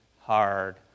hard